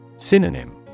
Synonym